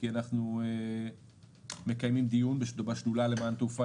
היא כי אנחנו מקיימים דיון אסטרטגי בשדולה למען התעופה